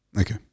Okay